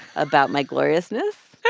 about my gloriousness,